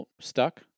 stuck